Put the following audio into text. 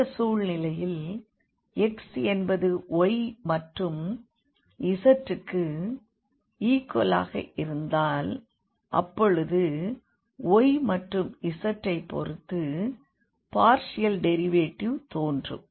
இந்த சூழ்நிலையில் x என்பது y மற்றும் z க்கு ஈக்குவலாக இருந்தால் அப்பொழுது y மற்றும் z ஐ பொறுத்து பார்ஷியல் டெரிவேட்டிவ் தோன்றும்